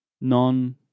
non-